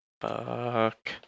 Fuck